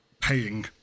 paying